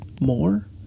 more